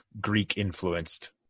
Greek-influenced